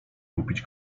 kupić